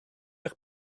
eich